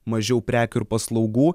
mažiau prekių ir paslaugų